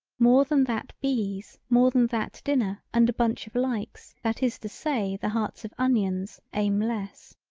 more than that bees more than that dinner and a bunch of likes that is to say the hearts of onions aim less.